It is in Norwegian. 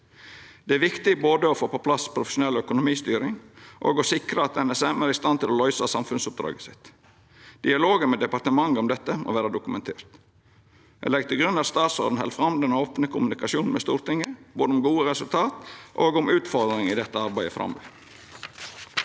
Det er viktig både å få på plass profesjonell økonomistyring og å sikra at NSM er i stand til å løysa samfunnsoppdraget. Dialogen med departementet om dette må verta dokumentert. Eg legg til grunn at statsråden held fram den opne kommunikasjonen med Stortinget både om gode resultat og om utfordringar i dette arbeidet framover.